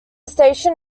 station